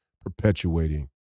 perpetuating